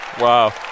Wow